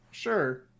sure